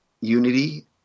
Unity